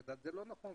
אבל זה לא נכון.